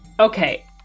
Okay